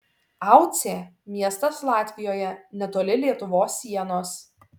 aucė miestas latvijoje netoli lietuvos sienos